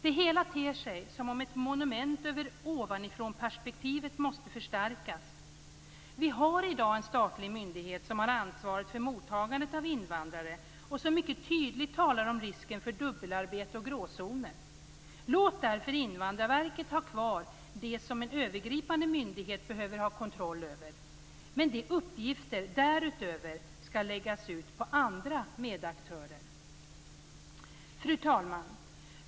Det hela ter sig som ett monument över ovanifrånperspektivet som måste förstärkas. Vi har i dag en statlig myndighet som har ansvaret för mottagandet av invandrare och som mycket tydligt talar om risken för dubbelarbete och gråzoner. Låt därför Invandrarverket ha kvar det som en övergripande myndighet behöver ha kontroll över! Men uppgifterna därutöver skall läggas ut på andra medaktörer. Fru talman!